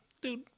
dude